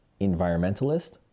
environmentalist